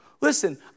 Listen